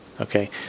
Okay